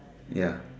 ya